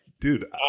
dude